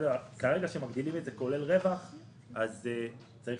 כרגע כשמגדירים את זה כולל רווח אז צריך